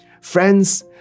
Friends